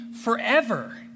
forever